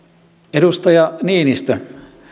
edustaja niinistö